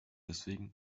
deswegen